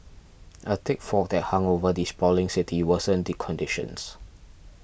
a thick fog that hung over the sprawling city worsened the conditions